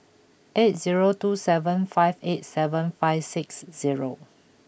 eight zero two seven five eight seven five six zero